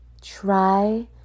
Try